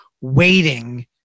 waiting